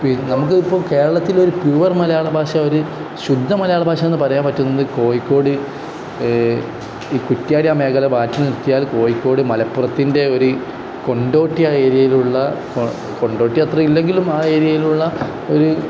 നമുക്ക് ഇപ്പോൾ കേരളത്തിൽ ഒരു പ്യുവർ മലയാള ഭാഷ ഒരു ശുദ്ധ മലയാള ഭാഷ എന്നു പറയാൻ പറ്റുന്നത് കോഴിക്കോട് ഈ കുറ്റിയാടി ആ മേഖല മാറ്റി നിത്തിയാാൽ കോഴിക്കോട് മലപ്പുറത്തിൻ്റെ ഒരു കൊണ്ടോട്ടി ആ ഏരിയയിലുള്ള കൊണ്ടോട്ടി അത്ര ഇല്ലെങ്കിലും ആ ഏരിയയിലുള്ള ഒരു